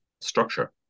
structure